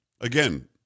Again